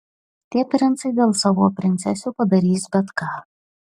tie princai dėl savų princesių padarys bet ką